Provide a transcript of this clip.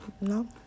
No